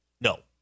No